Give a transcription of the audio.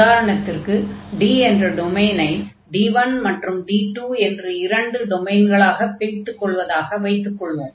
உதாரணத்திற்கு D என்ற டொமைனை D1 மற்றும் D2 என்று இரண்டு டொமைன்களாகப் பிரித்துக் கொள்வதாக வைத்துக் கொள்வோம்